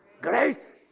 grace